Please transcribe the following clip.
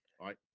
right